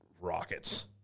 rockets